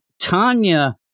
Tanya